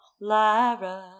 Lyra